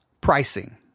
Pricing